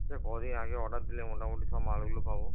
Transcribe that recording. আচ্ছা কতো দিন আগে অর্ডার দিলে মোটামুটি সব মালগুলো পাব